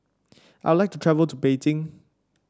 I'd like to travel to Beijing